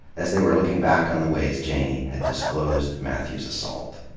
as they were looking back on the ways janey had disclosed mathew's assault.